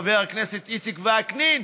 חבר הכנסת איציק וקנין,